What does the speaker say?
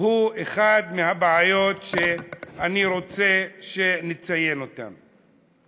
הוא אחת מהבעיות שאני רוצה שנציין אותן.